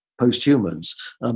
post-humans